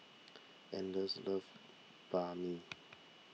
anders loves Banh Mi